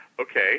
Okay